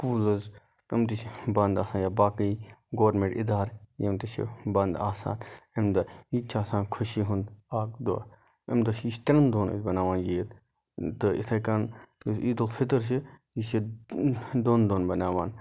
schools تِم تہِ چھِ بنٛد آسان یا باقٕے گورمِنٛٹ اِدارٕ یِم تہِ چھِ بنٛد آسان اَمہِ دۄہ یہِ تہِ چھُ آسان خوٚشی ہُنٛد اَکھ دۄہ اَمہِ دۄہ چھِ یہِ چھِ تِمَن دۅہَن أسۍ بَناوان یہِ عیٖد تہٕ یِتھٕے کٔنۍ یُس عیٖدُلفطر چھُ یہِ چھِ دۄن دۅہَن بَناوان